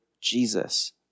Jesus